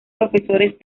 profesores